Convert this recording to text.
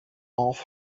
off